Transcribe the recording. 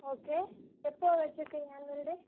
okay எப்போ வச்சிருக்கிங்க annual டே